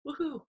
woohoo